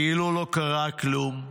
כאילו לא קרה כלום,